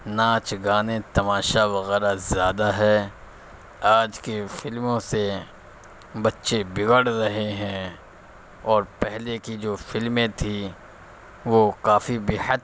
ناچ گانے تماشہ وغیرہ زیادہ ہے آج کے فلموں سے بچے بگڑ رہے ہیں اور پہلے کی جو فلمیں تھیں وہ کافی بےحد